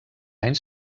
any